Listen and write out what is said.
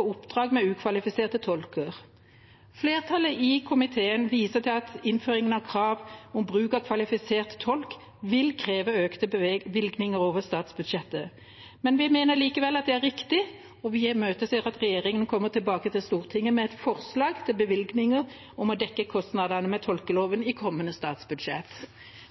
oppdrag med ukvalifiserte tolker. Flertallet i komiteen viser til at innføringen av krav om bruk av kvalifisert tolk vil kreve økte bevilgninger over statsbudsjettet, men vi mener likevel at det er riktig, og vi imøteser at regjeringen kommer tilbake til Stortinget med forslag til bevilgninger for å dekke kostnadene ved tolkeloven i kommende statsbudsjett.